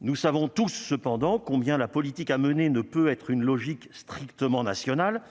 nous savons tous cependant combien la politique à mener ne peut être une logique strictement national